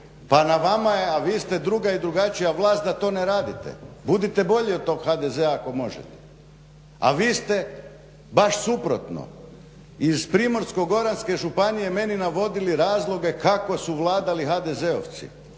Pa na vama je a vi ste druga i drugačija vlast da to ne radite. Budite bolji od tog HDZ-a ako to možete. A vi ste baš suprotno iz Primorsko-goranske županije meni navodili razloge kako su vladali HDZ-ovci,